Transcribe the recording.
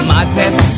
Madness